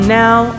now